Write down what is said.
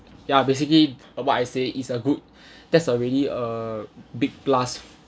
ya basically what I say is a good that's already a big plus